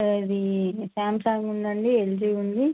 అది సామ్సంగ్ ఉందండి ఎల్జి ఉంది